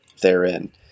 therein